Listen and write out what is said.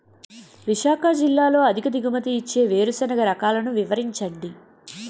విశాఖ జిల్లాలో అధిక దిగుమతి ఇచ్చే వేరుసెనగ రకాలు వివరించండి?